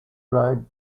road